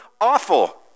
awful